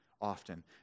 often